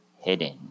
hidden